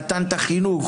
נתן את החינוך,